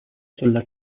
sulla